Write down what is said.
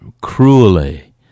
cruelly